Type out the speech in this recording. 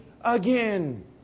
again